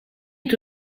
est